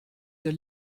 der